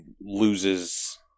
loses